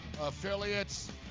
affiliates